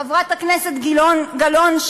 חברת הכנסת גלאון,